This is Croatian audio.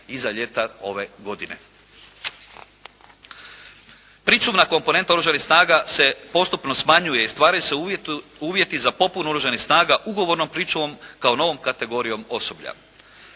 Pričuvna komponenta Oružanih snaga se postupno smanjuje i stvaraju se uvjeti za popunu Oružanih snaga ugovornom pričuvom kao novom kategorijom osoblja.